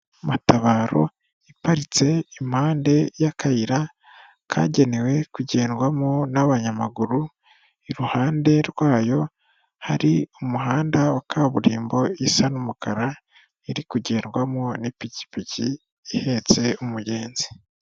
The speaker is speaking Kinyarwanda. Matabaro iparitse impande y'akayira kagenewe kugendwamo n'abanyamaguru, iruhande rwayo hari umuhanda wa kaburimbo isa n'umukara, iri kugendwamo n'ipikipiki ihetse umugenzi.